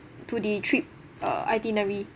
to the trip uh itinerary